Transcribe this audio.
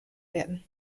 werden